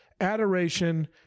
adoration